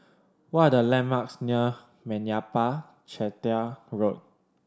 what are the landmarks near Meyappa Chettiar Road